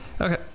Okay